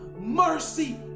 mercy